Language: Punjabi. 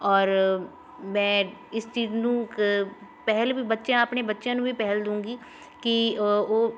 ਔਰ ਮੈਂ ਇਸ ਚੀਜ਼ ਨੂੰ ਕ ਪਹਿਲ ਵੀ ਬੱਚਿਆਂ ਆਪਣੇ ਬੱਚਿਆਂ ਨੂੰ ਵੀ ਪਹਿਲ ਦੂੰਗੀ ਕਿ ਉਹ ਉਹ